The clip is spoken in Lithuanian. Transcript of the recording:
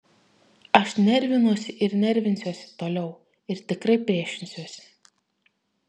aš nervinuosi ir nervinsiuosi toliau ir tikrai priešinsiuosi